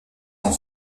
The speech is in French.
sont